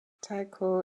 tycho